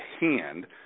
hand